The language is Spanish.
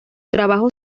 trabajo